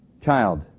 child